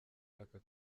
aka